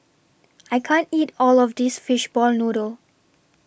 I can't eat All of This Fishball Noodle